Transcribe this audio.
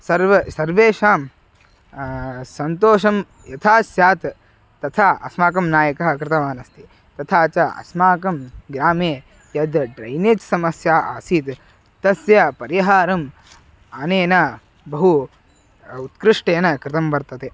सर्वं सर्वेषां सन्तोषं यथा स्यात् तथा अस्माकं नायकः कृतवान् अस्ति तथा च अस्माकं ग्रामे यद् ड्रैनेज् समस्या आसीत् तस्य परिहारम् अनेन बहु उत्कृष्टेन कृतं वर्तते